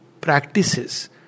practices